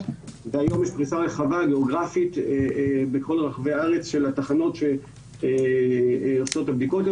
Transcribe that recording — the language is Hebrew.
והיום יש פריסה של כל התחנות שעושות את הבדיקות,